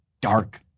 dark